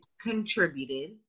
contributed